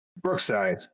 Brookside